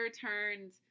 turned